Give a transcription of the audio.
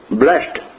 blessed